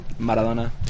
Maradona